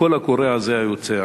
הקול הקורא הזה היוצא,